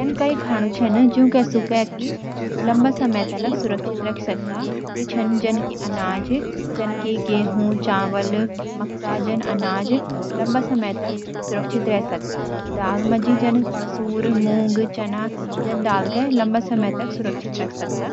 ऐन कई खाने छन, जिनकू शुखे की लंबे समय तलक राख सक्द। यो छन: जन की अनाज: गेहूं, चावल, मक्का जन अनाज सूखाण पर लंबे समय तलक टिकण। दालें: मसूर, मूंग, चना जन दाल सूखा राखण।